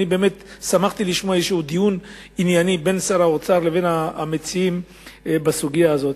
באמת שמחתי לשמוע דיון ענייני בין שר האוצר לבין המציעים בסוגיה הזאת,